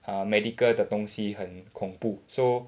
uh medical 的东西很恐怖 so